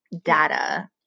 data